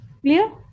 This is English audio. Clear